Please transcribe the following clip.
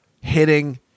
hitting